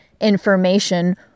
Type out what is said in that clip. information